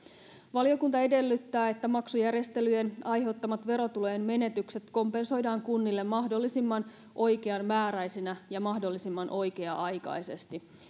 valiokunta edellyttää että maksujärjestelyjen aiheuttamat verotulojen menetykset kompensoidaan kunnille mahdollisimman oikean määräisinä ja mahdollisimman oikea aikaisesti